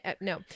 No